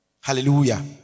Hallelujah